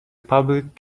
public